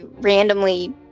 randomly